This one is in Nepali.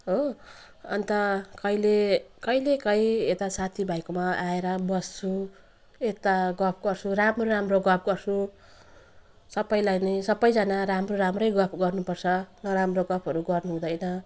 हो अन्त कहिले कहिलेकाहीँ यता साथीभाइकोमा आएर बस्छु यता गफ गर्छु राम्रो राम्रो गफ गर्छु सबैलाई नै सबैजना राम्रो राम्रै गफ गर्नुपर्छ नराम्रो गफहरू गर्नुहुँदैन